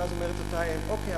ואז אומרת אותה אם: אוקיי,